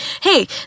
Hey